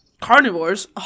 carnivores